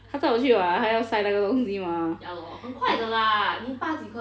她载我去 [what] 她要 sign 那个东西 mah